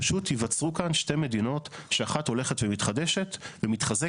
פשוט ייווצרו כאן שתי מדינות שאחת הולכת ומתחדשת ומתחזקת.